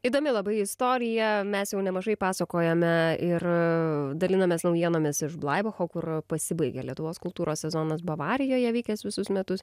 įdomi labai istorija mes jau nemažai pasakojome ir dalinomės naujienomis iš blaibacho kur pasibaigia lietuvos kultūros sezonas bavarijoje vykęs visus metus